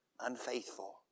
unfaithful